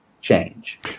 change